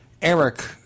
Eric